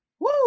Woo